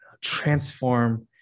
transform